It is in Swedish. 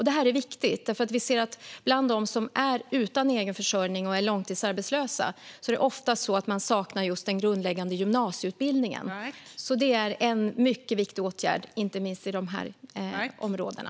Det här är viktigt, för bland dem som är utan egen försörjning och är långtidsarbetslösa saknas ofta den grundläggande gymnasieutbildningen. Det här är en mycket viktig åtgärd, inte minst i utanförskapsområdena.